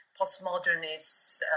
postmodernist